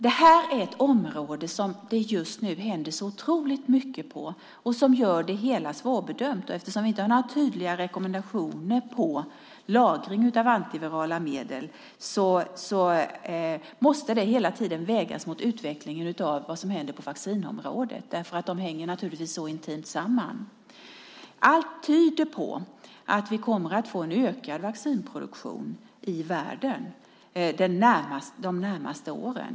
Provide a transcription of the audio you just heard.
Just nu händer oerhört mycket på detta område, vilket gör det hela svårbedömt. Eftersom vi inte har några tydliga rekommendationer för lagring av antivirala medel måste det hela tiden vägas mot utvecklingen på vaccinområdet eftersom de naturligtvis hänger intimt samman. Allt tyder på att vi kommer att få en ökad vaccinproduktion i världen de närmaste åren.